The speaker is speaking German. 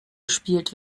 gespielt